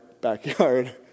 backyard